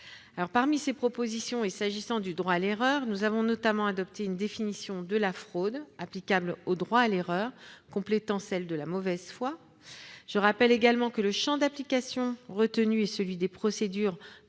Parmi ces propositions, et s'agissant du droit à l'erreur, nous avons notamment adopté une définition de la fraude applicable au droit à l'erreur, qui complète celle de la mauvaise foi. Je rappelle également que le champ d'application retenu est celui des procédures